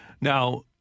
Now